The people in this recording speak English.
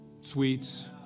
sweets